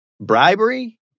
Bribery